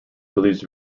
believes